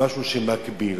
משהו שמקביל?